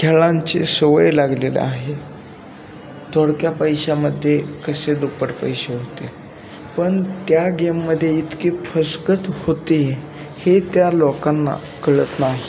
खेळांची सवय लागलेली आहे थोडक्या पैशांमध्ये कसे दुप्पट पैसे होतील पण त्या गेममध्ये इतकी फसगत होते हे त्या लोकांना कळत नाही